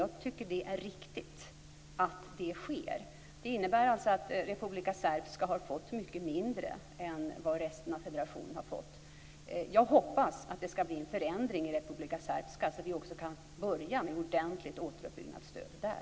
Jag tycker att det är riktigt att så sker. Det innebär alltså att Republika Srpska har fått mycket mindre än vad resten av federationen fått. Jag hoppas att det blir en förändring i Republika Srpska så att vi kan börja med ett ordentligt återuppbyggnadsstöd där.